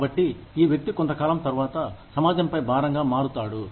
కాబట్టి ఈ వ్యక్తి కొంత కాలం తర్వాత సమాజంపై భారంగా మారుతాడు